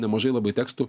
nemažai labai tekstų